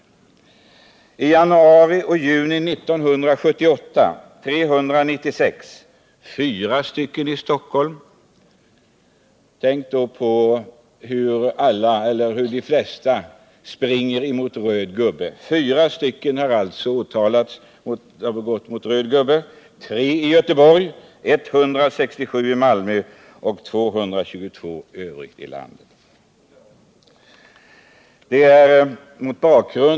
För perioden januari-juni 1978 var siffran 396, varav 4 i Stockholm — tänk då på hur många som springer mot röd gubbe —, 3 i Göteborg, 167 i Malmö och 222 i övrigt i landet.